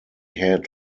had